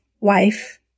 wife